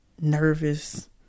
nervous